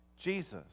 Jesus